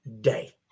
day